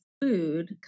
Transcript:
food